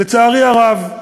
לצערי הרב,